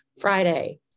Friday